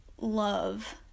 love